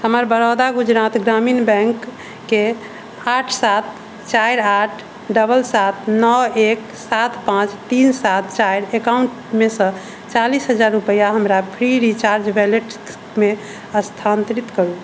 हमर बड़ौदा गुजरात ग्रामीण बैंकके आठ सात चारि आठ डबल सात नओ एक सात पांँच तीन सात चारि एकाउन्टमेसँ चालीस हजार रुपैआ हमरा फ्रीचार्ज वैलेटमे स्थानांतरित करू